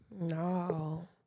No